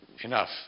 Enough